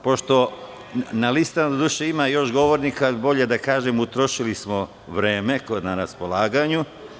Pošto na listamadoduše ima još govornika, bolje da kažem da smo utrošili vreme koje je na raspolaganju.